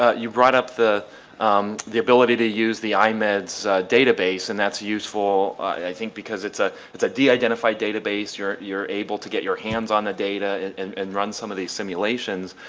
ah you brought up the um the ability to use the imeds database and that's useful i think because it's ah it's a d identified database you're able to get your hands on the data and and and run some of these simulations.